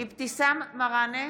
אבתיסאם מראענה,